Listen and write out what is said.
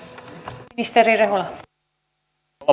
rouva puhemies